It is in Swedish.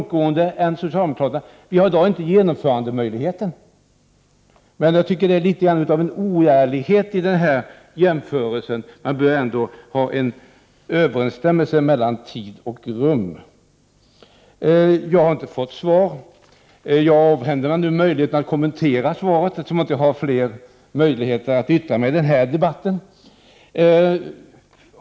1988/89:70 kraternas. I dag har vi inte genomförandemöjligheten. Jag tycker att det är 21 februari 1989 litet av en oärlighet i jämförelsen. Man bör ändå ha en överensstämmelse mellan tid och rum. Om Tee FR SS Jag har inte fått något svar. Jag avhänder mig nu möjligheten att FRE Eufrån vag: trafiken kommentera svaret, eftersom jag inte har rätt till flera inlägg i denna debatt.